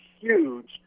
huge